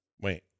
wait